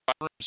rooms